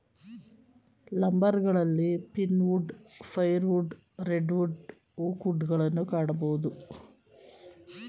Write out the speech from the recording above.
ಲಂಬರ್ಗಳಲ್ಲಿ pinewood, firewood, redwood, oak wood ಗಳನ್ನು ಕಾಣಬೋದು